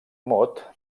mot